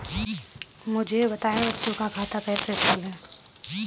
मुझे बताएँ बच्चों का खाता कैसे खोलें?